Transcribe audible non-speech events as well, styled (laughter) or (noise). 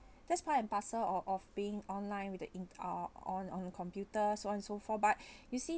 (breath) that's part and parcel o~ of being online with the in~ o~ on on computers so on so forth but (breath) you see